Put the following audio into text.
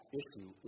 issue